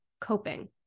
coping